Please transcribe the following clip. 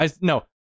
no